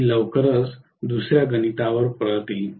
मी लवकरच दुसर्या गणितावर परत येईल